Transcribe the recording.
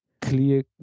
clear